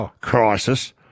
crisis